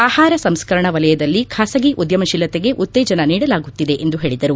ಆಹಾರ ಸಂಸ್ತರಣಾ ವಲಯದಲ್ಲಿ ಖಾಸಗಿ ಉದ್ದಮಶೀಲತೆಗೆ ಉತ್ತೇಜನ ನೀಡಲಾಗುತ್ತಿದೆ ಎಂದು ಅವರು ಹೇಳಿದರು